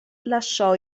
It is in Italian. lasciò